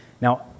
Now